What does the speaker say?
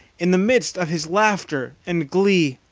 in the midst of his laughter and glee,